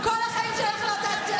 כל החיים שלך לא תעשי,